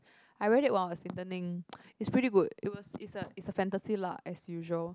I read it while I was interning it's pretty good it was is a is a fantasy lah as usual